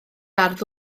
ardd